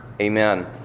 Amen